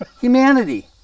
Humanity